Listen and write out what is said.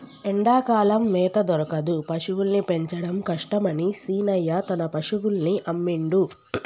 ఎండాకాలం మేత దొరకదు పశువుల్ని పెంచడం కష్టమని శీనయ్య తన పశువుల్ని అమ్మిండు